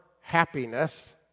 happiness